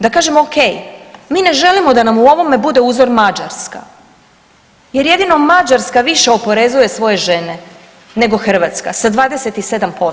Da kažemo, okej, mi ne želimo da nam u ovome bude uzor Mađarska jer jedino Mađarska više oporezuje svoje žene nego Hrvatska sa 27%